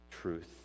truth